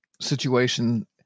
situation